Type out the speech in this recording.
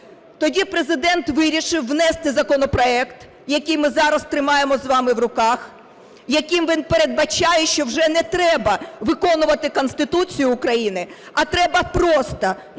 Тоді Президент вирішив внести законопроект, який ми зараз тримаємо з вами в руках, яким він передбачає, що вже не треба виконувати Конституцію України, а треба просто,